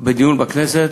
בדיון בכנסת,